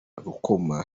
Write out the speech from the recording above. rukoma